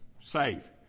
Safe